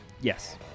Yes